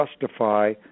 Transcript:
justify